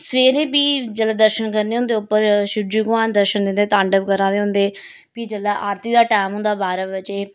सवेरे बी जेल्लै दर्शन करने होंदे उप्पर शिवजी भगवान दर्शन दिंदे तांडव करा दे होंदे फ्ही जेल्लै आरती दा टैम होंदा बारां बजे